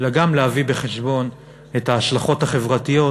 אלא גם להביא בחשבון את ההשלכות החברתיות